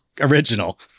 original